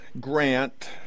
Grant